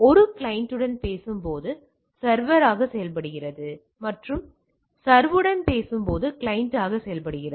ஒரு கிளையனுடன் பேசும் போது சர்வராக செயல்படுகிறது மற்றும் சர்வருடன் பேசும்போது கிளையண்டாக செயல்படுகிறது